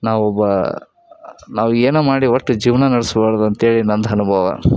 ನಾವು ಬ ನಾವು ಏನೋ ಮಾಡಿ ಒಟ್ಟು ಜೀವನ ನಡೆಸ್ಬಾಡ್ದು ಅಂತೇಳಿ ನಂದು ಅನುಭವ